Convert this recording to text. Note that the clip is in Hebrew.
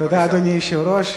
אדוני היושב-ראש,